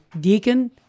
deacon